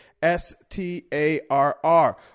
S-T-A-R-R